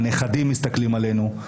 הנכדים מסתכלים עלינו,